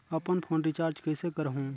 अपन phone recharge कइसे करहु?